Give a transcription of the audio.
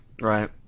Right